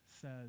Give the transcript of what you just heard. says